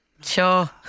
sure